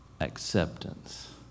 acceptance